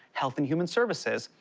health and human services,